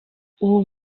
ubu